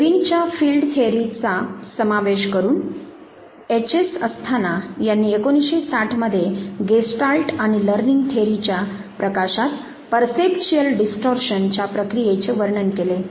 लेविन'च्या 'field थेअरीचा' Lewin's field theory समावेश करून एच एस अस्थाना यांनी 1960 मध्ये 'गेस्टाल्ट आणि लर्निंग थेअरी'च्या प्रकाशात 'परसेप्च्युअल डिस्टॉर्शन' च्या प्रक्रियेचे वर्णन केले